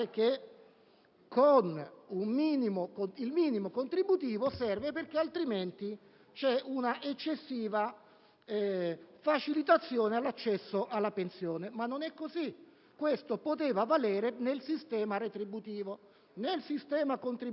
il minimo contributivo serve per evitare un'eccessiva facilitazione nell'accesso alla pensione, ma non è così, perché questo poteva valere nel sistema retributivo.